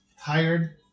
Tired